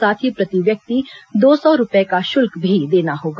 साथ ही प्रति व्यक्ति दो सौ रूपये का शुल्क भी देना होगा